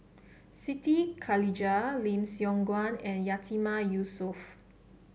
Siti Khalijah Lim Siong Guan and Yatiman Yusof